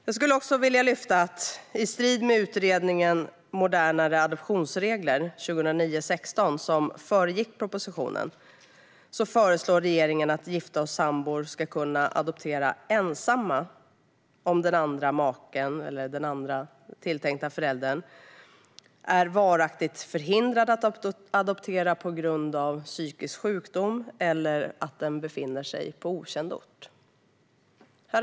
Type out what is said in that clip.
Låt mig också lyfta att i strid med utredningen Modernare adoptionsregler ; SOU 2009:61, som föregick propositionen, föreslår regeringen att gifta och sambor ska kunna adoptera ensamma om den andra tilltänkta föräldern är varaktigt förhindrad att adoptera på grund av psykisk sjukdom eller för att den befinner sig på okänd ort.